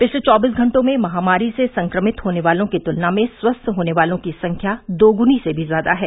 पिछले चौबीस घंटों में महामारी से संक्रमित होने वालों की तुलना में स्वस्थ होने वालों की संख्या दोगुनी से भी ज्यादा है